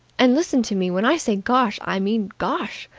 and listen to me, when i say gosh, i mean gosh!